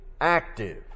active